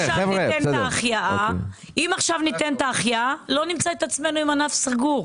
אם עכשיו ניתן את ההחייאה לא נמצא את עצמנו עם ענף סגור.